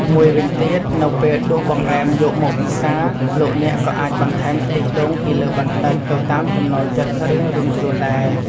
មួយវិញទៀត នៅពេលដួសបង្អែមយកមកពិសា លោកអ្នកក៏អាចបន្ថែមខ្ទិះដូងពីលើបន្តិច ទៅតាមចំណូលចិត្តរៀងៗខ្លួនដែរ។